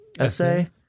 essay